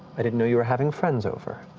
i didn't know you were having friends over.